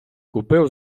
купив